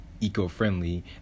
eco-friendly